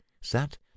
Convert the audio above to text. sat